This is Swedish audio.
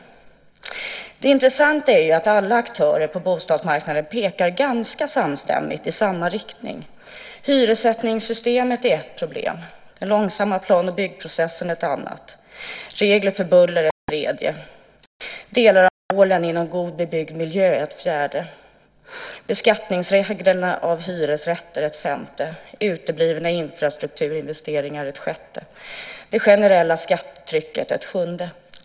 Det intressanta är att alla aktörer på bostadsmarknaden ganska samstämt pekar i samma riktning. Hyressättningssystemet är ett problem. Den långsamma plan och byggprocessen är ett annat. Regler för buller är ett tredje. Delar av målet God bebyggd miljö är ett fjärde. Reglerna för beskattning av hyresrätter är ett femte. Uteblivna infrastrukturinvesteringar är ett sjätte. Det generella skattetrycket är ett sjunde.